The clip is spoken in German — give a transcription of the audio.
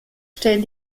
stellen